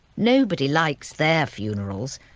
nobody likes their funerals.